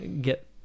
get